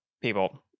people